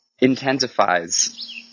intensifies